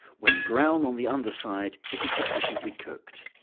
when brown on the under side, it is sufficiently cooked.